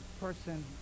person